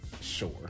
Sure